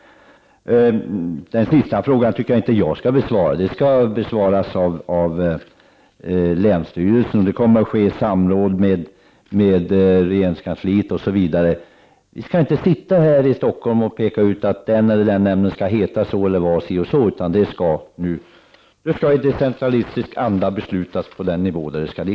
Den sista frågan tycker jag inte att jag skall besvara. Den skall besvaras av länsstyrelsen. Det kommer att ske i samråd med regeringskansliet osv. Vi skall inte sitta här i Stockholm och bestämma vad olika nämnder skall heta. Det skall i decentralistisk anda beslutas på den nivå det gäller.